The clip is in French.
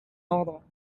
ordre